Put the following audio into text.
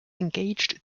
engaged